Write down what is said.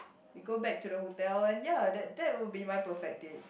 we go back to the hotel and ya that that would be my perfect date